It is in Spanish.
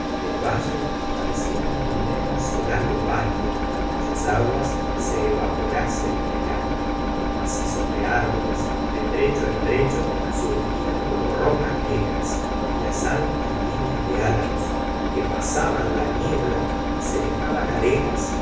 el valle parecía un inmenso lago pálido cuyas aguas se evaporasen en el aire los macizos de árboles de trecho en trecho surgían como rocas negras y las altas líneas de álamos meglerle la bemba de bovary que pasaban la niebla semejaban arenas